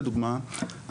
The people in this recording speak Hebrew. לדוגמא,